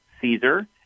Caesar